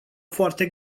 foarte